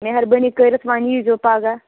مہربٲنی کٔرِتھ وۄنۍ ییٖزیو پَگاہ